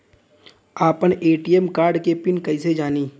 आपन ATM card के PIN कईसे जानी?